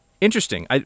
Interesting